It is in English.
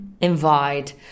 Invite